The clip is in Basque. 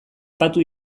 patu